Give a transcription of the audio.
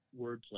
wordplay